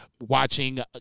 watching